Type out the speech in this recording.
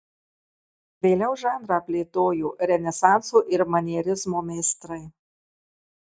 vėliau žanrą plėtojo renesanso ir manierizmo meistrai